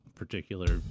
particular